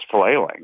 flailing